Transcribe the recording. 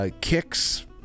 Kicks